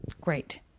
Great